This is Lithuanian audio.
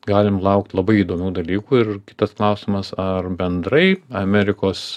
galim laukt labai įdomių dalykų ir kitas klausimas ar bendrai amerikos